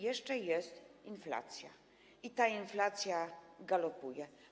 Jeszcze jest inflacja, i ta inflacja galopuje.